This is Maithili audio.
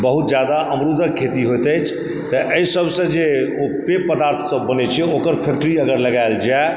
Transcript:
बहुत जादा अमरूदक खेती होइत अछि तऽ एहि सबसँ जे पेय पदार्थ सब बनै छै ओकर फैक्टरी अगर लगाएल जाए